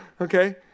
okay